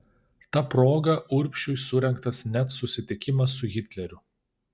ta proga urbšiui surengtas net susitikimas su hitleriu